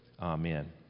Amen